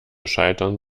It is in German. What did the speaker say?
scheitern